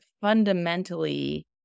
fundamentally